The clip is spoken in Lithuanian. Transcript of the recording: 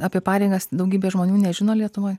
apie pareigas daugybė žmonių nežino lietuvoj